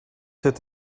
zit